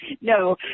No